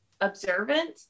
observant